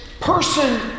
person